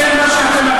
זה מה שאתם.